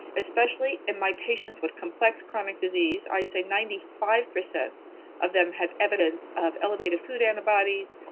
especially in my patients with complex chronic disease i'd say ninety five percent of them had evidence of elevated food antibodies,